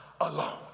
alone